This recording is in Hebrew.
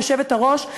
היושבת-ראש,